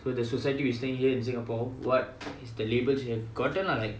so the society we staying here in singapore what is the labels you have gotten lah like